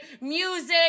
Music